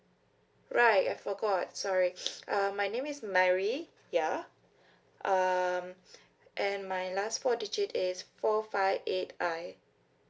right I forgot sorry uh my name is mary ya um and my last four digit is four five eight I